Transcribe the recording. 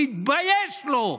שיתבייש לו.